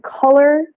color